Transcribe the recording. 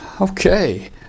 Okay